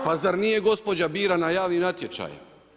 Pa zar nije gospođa birana javnim natječajem?